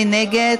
מי נגד?